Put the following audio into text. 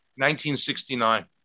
1969